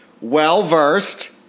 well-versed